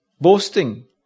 boasting